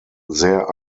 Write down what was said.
there